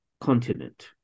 continent